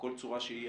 בכל צורה שהיא,